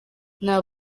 nta